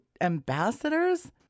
ambassadors